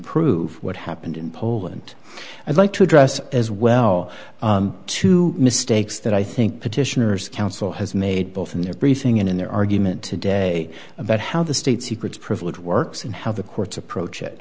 prove what happened in poland i'd like to address as well two mistakes that i think petitioners council has made both in their briefing and in their argument today about how the state secrets privilege works and how the courts approach it